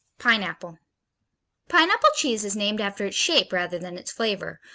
pineapple pineapple cheese is named after its shape rather than its flavor,